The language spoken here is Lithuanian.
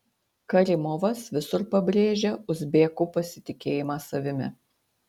karimovas visur pabrėžia uzbekų pasitikėjimą savimi